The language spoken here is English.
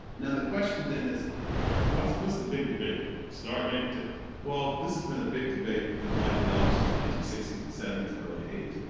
now the question then is what's what's the big debate? start negative well this has been a big debate in black theology since nineteen sixty s and seventy s and early eighty s.